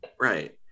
Right